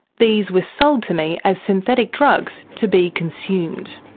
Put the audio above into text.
these were sold to me as synthetic drugs to be consumed.